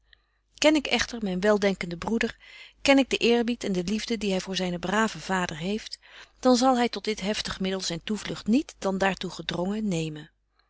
ken ik echter myn weldenkenden broeder ken ik den eerbied en de liefde die hy voor zynen braven vader heeft dan zal hy tot dit heftig middel zyn toevlugt niet dan daar toe gedrongen nemen